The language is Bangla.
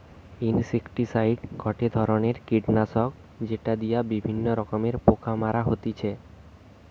ইনসেক্টিসাইড গটে ধরণের কীটনাশক যেটি দিয়া বিভিন্ন রকমের পোকা মারা হতিছে